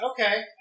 Okay